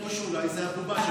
או שאולי זו הבובה של המשטר.